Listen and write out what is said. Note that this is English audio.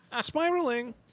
Spiraling